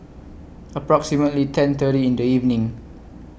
approximately ten thirty in The evening